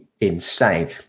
insane